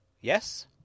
Yes